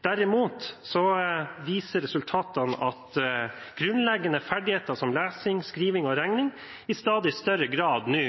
Derimot viser resultatene at grunnleggende ferdigheter som lesing, skriving og regning i stadig større grad nå